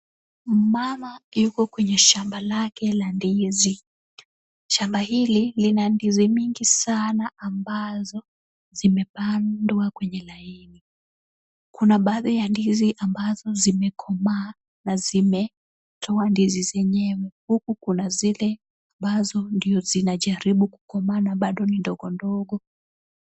Mmama yuko kwenye shamba lake la ndizi. Shamba hili lina ndizi mingi sana ambazo zimepandwa kwenye laini . Kuna baadhi ya ndizi ambazo zimekomaa na zimetoa ndizi zenyewe, huku kuna zile ambazo ndiyo zinajaribu kukomaa na bado ni ndogondogo.